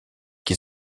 qui